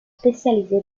spécialisé